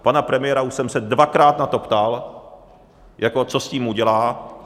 Pana premiéra už jsem se dvakrát na to ptal, jako co s tím udělá.